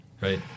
Right